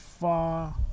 far